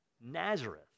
Nazareth